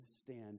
stand